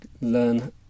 learn